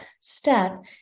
step